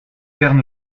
bern